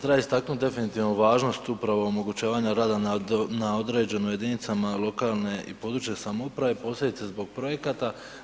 Treba istaknuti definitivno važnost upravo omogućavanja rada na određeno jedinicama lokalne i područje samouprave posebice zbog projekata.